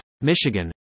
Michigan